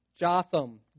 Jotham